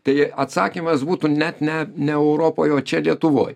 tai atsakymas būtų net ne ne europoj o čia lietuvoj